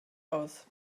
aus